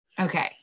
okay